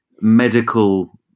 medical